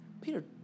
Peter